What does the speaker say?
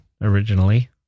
originally